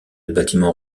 bâtiment